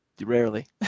rarely